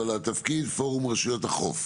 אבל התפקיד פורום רשויות החוף.